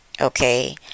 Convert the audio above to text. okay